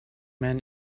men